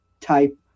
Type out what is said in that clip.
type